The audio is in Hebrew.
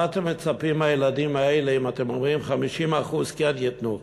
מה אתם מצפים מהילדים האלה אם אתם אומרים 50% כן ייתנו?